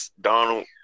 Donald